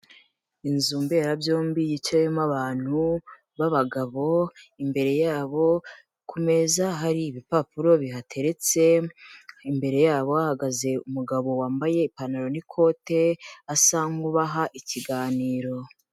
Inzu mberabyombi yicayemo abantu b'abagabo, imbere yabo ku meza hari ibipapuro bihateretse, imbere yabo hagaze umugabo wambaye ipantaro n'ikote, asa nk'ubaha ikiganiro.